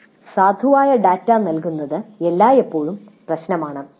സർവേയിൽ സാധുവായ ഡാറ്റ ലഭിക്കുന്നത് എല്ലായ്പ്പോഴും ഒരു പ്രശ്നമാണ്